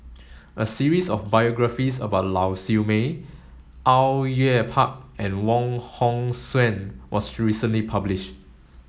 a series of biographies about Lau Siew Mei Au Yue Pak and Wong Hong Suen was recently publish